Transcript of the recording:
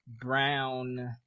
Brown